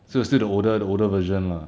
so it's still the older the older version lah